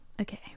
Okay